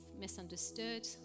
misunderstood